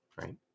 Right